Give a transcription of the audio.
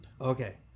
Okay